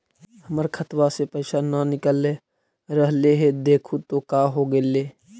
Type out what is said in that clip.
हमर खतवा से पैसा न निकल रहले हे देखु तो का होगेले?